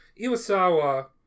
Iwasawa